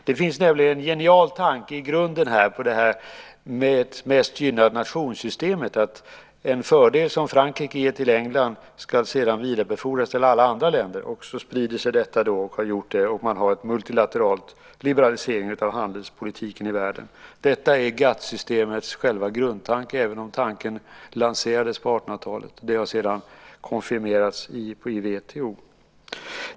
Det finns nämligen en genial tanke i grunden till mest-gynnad-nation-systemet; en fördel som Frankrike ger till England ska sedan vidarebefordras till alla andra länder. Sedan sprider sig detta, och det har det också gjort, och man har en multilateral liberalisering av handelspolitiken i världen. Detta är GATT-systemets själva grundtanke, även om tanken lanserades på 1800-talet. Den har sedan konfirmerats i WTO.